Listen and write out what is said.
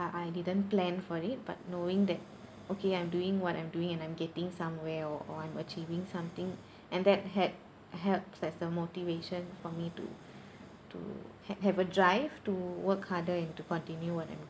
I didn't plan for it but knowing that okay I'm doing what I'm doing and I'm getting somewhere or or I am achieving something and that had helped sets the motivation for me to to ha~ have a drive to work harder and to continue what I'm